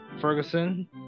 Ferguson